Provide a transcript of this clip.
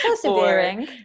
Persevering